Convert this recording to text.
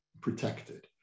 protected